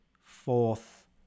fourth